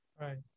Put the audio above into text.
right